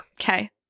Okay